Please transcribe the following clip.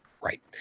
Right